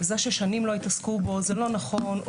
נאמר ששנים לא התעסקו בו זה לא נכון.